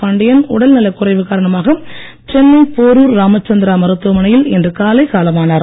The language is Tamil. பாண்டியன் உடநலக் குறைவு காரணமாக சென்னை போரூர் ராமச்சந்திரா மருத்துவமனையில் இன்று காலை காலமானார்